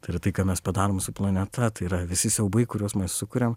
tai yrai tai ką mes padarom su planeta tai yra visi siaubai kuriuos mes sukuriam